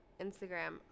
Instagram